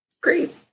Great